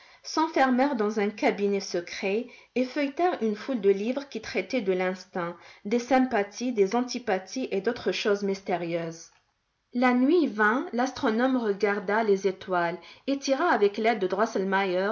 s'enfermèrent dans un cabinet secret et feuilletèrent une foule de livres qui traitaient de l'instinct des sympathies des antipathies et d'autres choses mystérieuses la nuit vint l'astronome regarda les étoiles et tira avec l'aide de